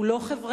הוא לא חברתי,